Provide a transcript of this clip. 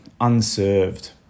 unserved